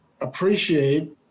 appreciate